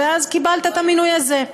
אז קיבלת את המינוי הזה.